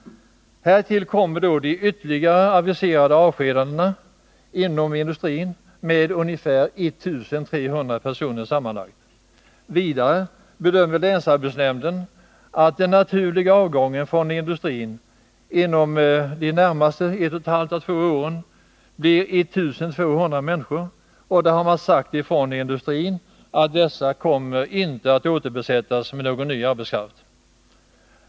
Härtill kommer då de ytterligare aviserade avskedandena inom industrin med ungefär 1300 personer sammanlagt. Vidare bedömer länsarbetsnämnden att den naturliga avgången från industrin inom de närmaste 1,5-2 åren blir 1 200 människor. Inom industrin har man sagt att dessa inte kommer att ersättas med någon ny arbetskraft.